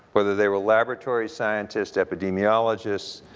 whether they were laboratory scientists, epidemiologists,